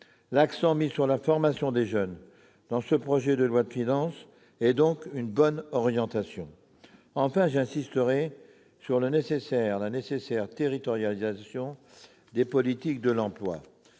L'accent mis sur la formation des jeunes dans ce projet de loi de finances est donc une bonne orientation. Enfin, j'insiste sur la nécessaire territorialisation des politiques de l'emploi.